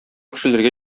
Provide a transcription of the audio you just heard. кешеләргә